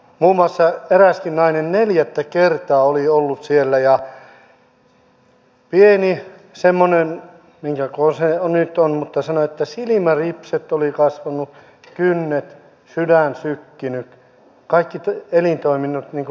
muun muassa eräskin nainen neljättä kertaa oli ollut siellä ja pieni semmoinen minkä kokoinen se nyt on mutta ystäväni sanoi että silmäripset kynnet olivat kasvaneet sydän sykkinyt kaikki elintoiminnot niin kuin normaalilla vauvalla